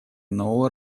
нового